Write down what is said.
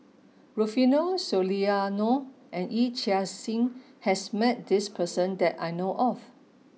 Rufino Soliano and Yee Chia Hsing has met this person that I know of